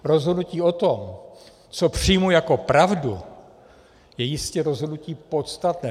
Rozhodnutí o tom, co přijmu jako pravdu, je jistě rozhodnutí podstatné.